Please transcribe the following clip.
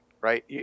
right